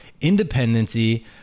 independency